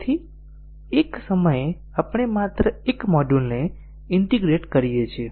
તેથી એક સમયે આપણે માત્ર એક મોડ્યુલને ઈન્ટીગ્રેટ કરીએ છીએ